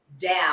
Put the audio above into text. down